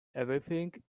everything